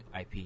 IP